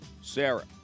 Sarah